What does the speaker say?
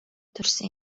төрсөн